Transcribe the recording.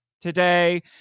today